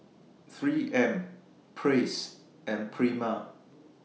three M Praise and Prima